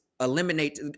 Eliminate